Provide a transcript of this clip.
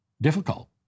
difficult